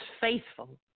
faithful